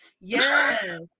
Yes